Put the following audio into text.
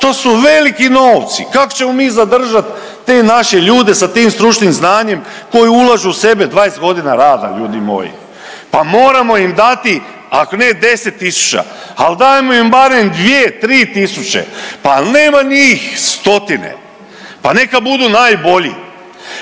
to su veliki novci, kak ćemo mi zadržati te naše ljude sa tim znanjem koji ulažu u sebe 20 godina rada, ljudi moji? Pa moramo im dati, ako ne 10 tisuća, ali dajmo im barem, 2, 3 tisuće, pa je li nema njih stotine. Pa neka budu najbolji,